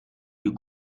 you